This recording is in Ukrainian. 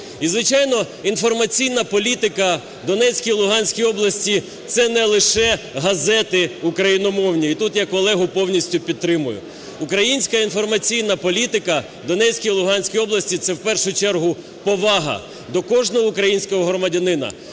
І, звичайно, інформаційна політика в Донецькій, Луганській області – це не лише газети україномовні, і тут я колегу повністю підтримую. Українська інформаційна політика в Донецькій, Луганській області – це в першу чергу повага до кожного українського громадянина